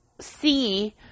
see